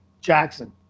Jackson